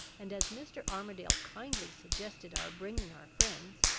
and, as mr. armadale kindly suggested our bringing our friends,